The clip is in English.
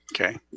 okay